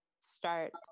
start